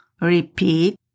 Repeat